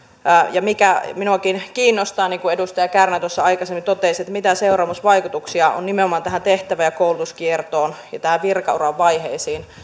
ja minuakin kiinnostaa niin kuin edustaja kärnä tuossa aikaisemmin totesi mitä seuraamusvaikutuksia on nimenomaan tähän tehtävä ja koulutuskiertoon ja virkauran vaiheisiin